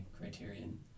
criterion